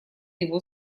его